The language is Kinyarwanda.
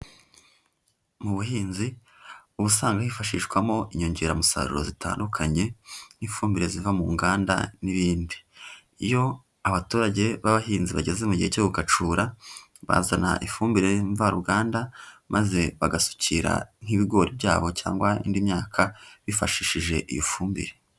Mu buhinzi uba usanga hifashishwamo inyongeramusaruro zitandukanye n'ifumbire ziva mu nganda n'ibindi. Iyo abaturage b'abahinzi bageze mu gihe cyo gukacura bazana ifumbire mvaruganda maze bagasukira nk'ibigori byabo cyangwa indi myaka bifashishije ifumbire.